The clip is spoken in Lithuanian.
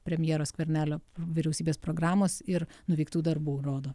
premjero skvernelio vyriausybės programos ir nuveiktų darbų rodo